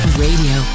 radio